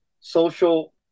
social